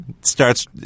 starts